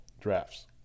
drafts